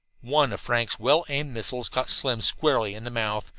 one of frank's well-aimed missiles caught slim squarely in the mouth,